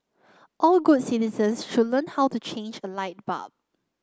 all good citizens should learn how to change a light bulb